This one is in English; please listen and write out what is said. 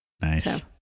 nice